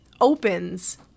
opens